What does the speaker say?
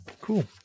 Cool